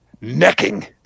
necking